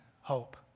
hope